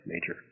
major